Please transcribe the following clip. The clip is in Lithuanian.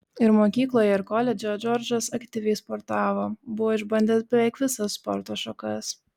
ir mokykloje ir koledže džordžas aktyviai sportavo buvo išbandęs beveik visas sporto šakas